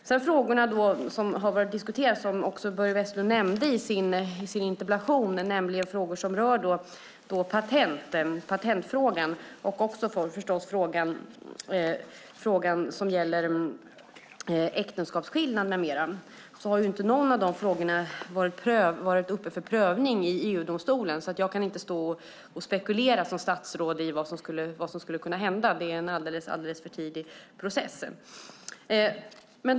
Inte någon av de frågor som har diskuterats och som Börje Vestlund nämner i sin interpellation, nämligen patentfrågan och förstås frågan om äktenskapsskillnad med mera, har varit uppe för prövning i EU-domstolen. Jag kan därför inte som statsråd stå här och spekulera i vad som skulle kunna hända. Det är alldeles för tidigt i processen.